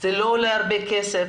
זה לא עולה הרבה כסף.